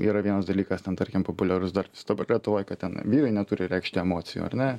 yra vienas dalykas ten tarkim populiarus dar lietuvoj kad ten vyrai neturi reikšti emocijų ar ne